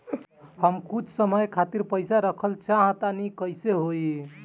हम कुछ समय खातिर पईसा रखल चाह तानि कइसे होई?